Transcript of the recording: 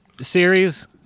series